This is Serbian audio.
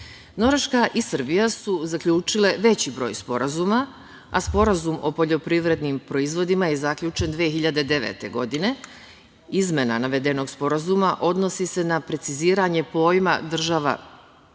i Srbija su zaključile veći broj sporazuma, a Sporazum o poljoprivrednim proizvodima je zaključen 2009. godine. Izmena navedenog sporazuma odnosi se na preciziranje pojma države